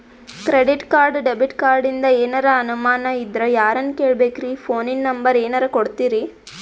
Credit card, debit ಕಾರ್ಡಿಂದ ಏನರ ಅನಮಾನ ಇದ್ರ ಯಾರನ್ ಕೇಳಬೇಕ್ರೀ, ಫೋನಿನ ನಂಬರ ಏನರ ಕೊಡ್ತೀರಿ?